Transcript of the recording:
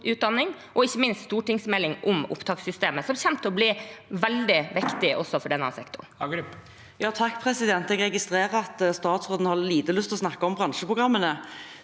en stortingsmelding om opptakssystemet, som kommer til å bli veldig viktig for denne sektoren. Margret Hagerup (H) Jeg registrerer at statsråden har lite lyst til å snakke om bransjeprogrammene.